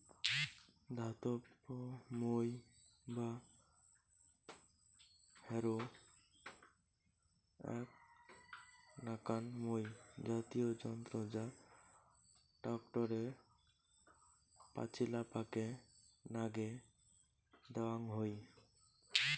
ধাতব মই বা হ্যারো এ্যাক নাকান মই জাতীয় যন্ত্র যা ট্যাক্টরের পাচিলাপাকে নাগে দ্যাওয়াং হই